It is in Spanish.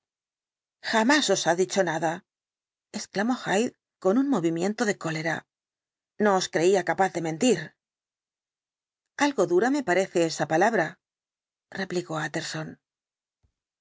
jamás os ha dicho nada exclamó hyde con un movimiento de cólera no os creía capaz de mentir algo dura me parece esa palabra replicó